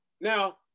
now